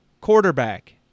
quarterback